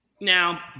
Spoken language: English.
Now